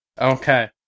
Okay